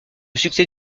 succès